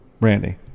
Randy